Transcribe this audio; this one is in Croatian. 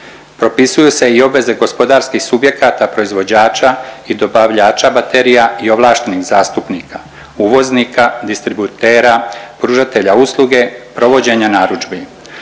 Propisuje se i obveze gospodarskih subjekata, proizvođača i dobavljača baterija i ovlaštenih zastupnika, uvoznika, distributera, pružatelja usluge, provođenja narudžbi.